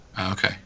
Okay